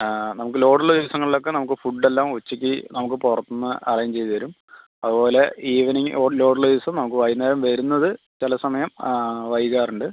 ആ നമുക്ക് ലോഡുള്ള ദിവസങ്ങളിലൊക്കെ നമുക്ക് ഫുഡ്ഡ് എല്ലാം ഉച്ചയ്ക്ക് നമുക്ക് പുറത്ത് നിന്ന് അറേഞ്ച് ചെയ്തുതരും അതുപോലെ ഈവനിംഗ് ലോഡുളള ദിവസം നമുക്ക് വൈകുന്നേരം വരുന്നത് ചില സമയം വൈകാറുണ്ട്